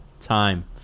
time